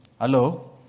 Hello